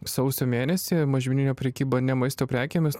sausio mėnesį mažmeninė prekyba ne maisto prekėmis